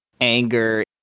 anger